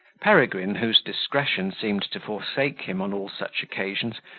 peregrine, whose discretion seemed to forsake him on all such occasions,